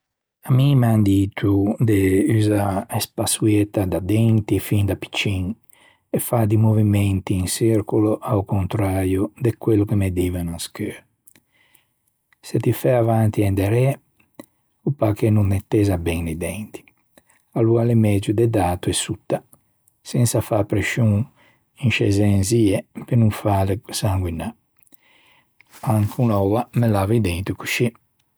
À mi m'an dito de usâ a spassoietta da denti fin da piccin e fâ di movimenti in çircolo a-o conträio de quello che me divan à scheua. Se ti fæ avanti e inderê, o pâ che no nettezza ben i denti. Aloa l'é megio de d'ato e sotta, sensa fâ prescion in scê zenzie pe no fâle sanguinâ. Ancon oua me lavo i denti coscì.